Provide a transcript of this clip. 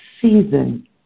season